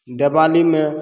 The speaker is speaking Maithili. दिवालीमे